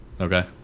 okay